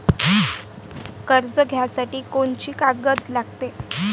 कर्ज घ्यासाठी कोनची कागद लागते?